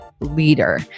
leader